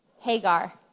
Hagar